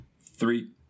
three